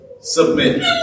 submit